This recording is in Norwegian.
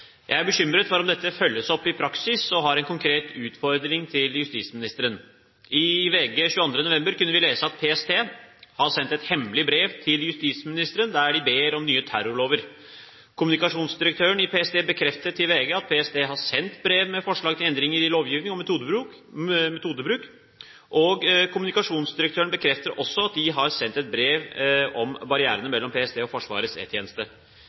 Jeg er bekymret for om dette følges opp i praksis, og har en konkret utfordring til justisministeren: I VG 22. november kunne vi lese at PST har sendt et hemmelig brev til justisministeren, der de ber om nye terrorlover. Kommunikasjonsdirektøren i PST bekrefter til VG at PST har sendt brev med forslag til endringer i lovgivning og metodebruk, og kommunikasjonsdirektøren bekrefter også at de har sendt et brev om barrierene mellom PST og Forsvarets